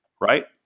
right